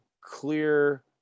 clear